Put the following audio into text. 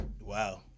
Wow